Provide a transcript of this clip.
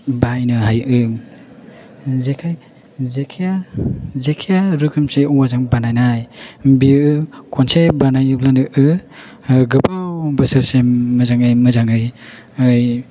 बाहायनो हायो जेखायआ रोखोमसे औवाजों बानायनाय बेयो खनसे बानायोब्लानो गोबाव बोसोरसिम मोजाङै